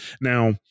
now